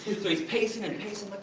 so he's pacing and pacing,